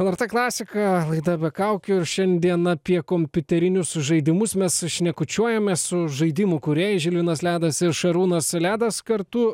lrt klasika laida be kaukių ir šiandien apie kompiuterinius žaidimus mes šnekučiuojamės su žaidimų kūrėjai žilvinas ledas ir šarūnas ledas kartu